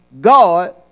God